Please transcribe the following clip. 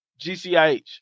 GCIH